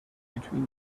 between